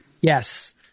Yes